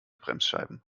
bremsscheiben